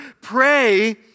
pray